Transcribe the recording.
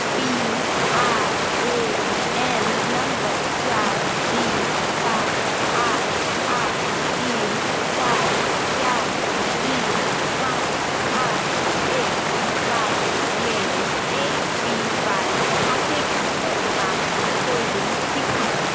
P R A N नंबर चार तीन सात आठ आठ तीन सात चार तीन पाँच आठ एक वाले मेरे ए पी वाई खाते की वर्तमान होल्डिंग दिखाएँ